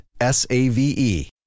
S-A-V-E